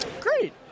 great